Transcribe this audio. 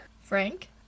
Frank